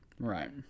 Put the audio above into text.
Right